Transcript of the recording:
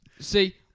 See